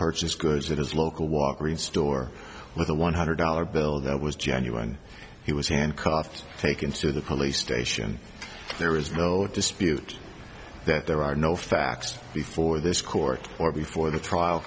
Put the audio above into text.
purchase goods at his local walk read store with a one hundred dollar bill that was genuine he was handcuffed taken to the police station there is no dispute that there are no facts before this court or before the trial